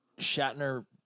Shatner